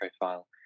profile